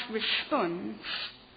responds